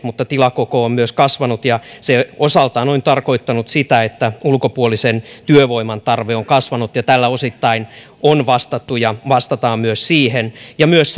tilakoko on myös kasvanut ja se osaltaan on tarkoittanut sitä että ulkopuolisen työvoiman tarve on kasvanut ja tällä osittain on vastattu ja vastataan myös siihen myös